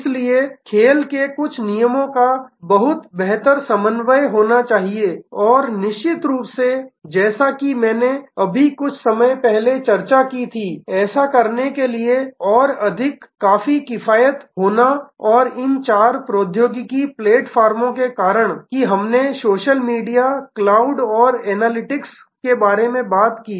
इसलिए खेल के कुछ नियमों का बहुत बेहतर समन्वय होना चाहिए और निश्चित रूप से जैसा कि मैंने अभी कुछ समय पहले चर्चा की थी ऐसा करने के लिए और अधिक किफायती होना और इन चार प्रौद्योगिकी प्लेटफार्मों के कारण कि हमने सोशल मीडिया क्लाउड और एनालिटिक्स के बारे में बात की